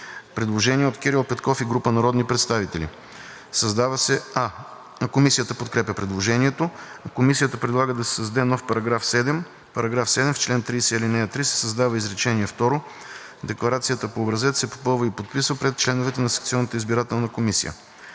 Предложение от Кирил Петков и група народни представители. Комисията подкрепя предложението. Комисията предлага да се създаде нов § 7: „§ 7. В чл. 30, ал. 3 се създава изречение второ: „Декларацията по образец се попълва и подписва пред членовете на секционната избирателна комисия.“.